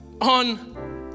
on